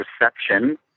reception